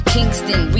Kingston